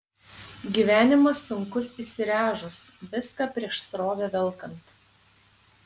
gyvenimas sunkus įsiręžus viską prieš srovę velkant